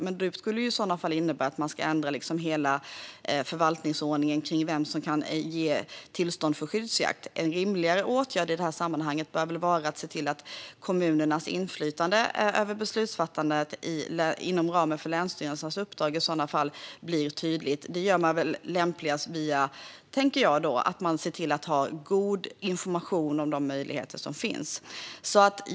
Det skulle i så fall innebära att man liksom ska ändra hela förvaltningsordningen kring vem som kan ge tillstånd för skyddsjakt. En rimligare åtgärd i sammanhanget borde i så fall vara att se till att kommunernas inflytande över beslutsfattandet inom ramen för länsstyrelsens uppdrag blir tydligt. Det tänker jag att man lämpligast gör genom att ha en god information om de möjligheter som finns.